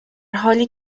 حالی